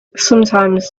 sometimes